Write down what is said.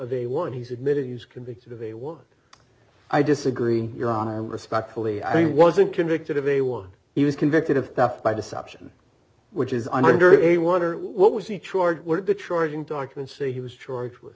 the one he's admitted he was convicted of a one i disagree your honor i respectfully i wasn't convicted of a one he was convicted of theft by deception which is under a wonder what was he charged where the charging documents say he was charged with